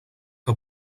que